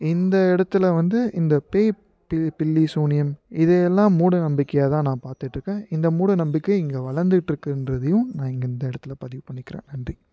இந்த இடத்துல வந்து இந்த பேய் பி பில்லி சூனியம் இதையெல்லாம் மூட நம்பிக்கையாக தான் நான் பார்த்துட்ருக்கேன் இந்த மூட நம்பிக்கை இங்கே வளர்ந்துக்கிட்ருக்குன்றதையும் நான் இங்கே இந்த இடத்துல பதிவு பண்ணிக்கிறேன் நன்றி